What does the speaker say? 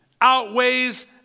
outweighs